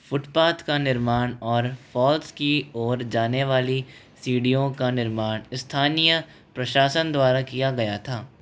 footpath का निर्माण और फॉल्स की ओर जाने वाली सीढ़ियों का निर्माण स्थानीय प्रशासन द्वारा किया गया था